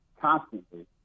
constantly